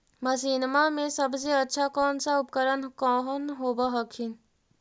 मसिनमा मे सबसे अच्छा कौन सा उपकरण कौन होब हखिन?